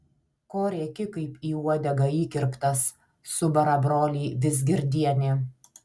ko rėki kaip į uodegą įkirptas subara brolį vizgirdienė